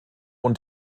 und